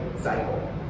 cycle